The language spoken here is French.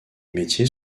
métiers